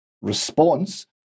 response